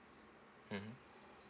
mmhmm